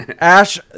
Ash